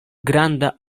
granda